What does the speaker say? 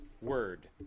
word